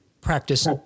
practice